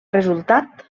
resultat